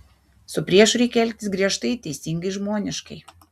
su priešu reikia elgtis griežtai teisingai žmoniškai